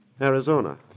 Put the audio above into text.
Arizona